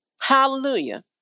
Hallelujah